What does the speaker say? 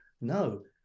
no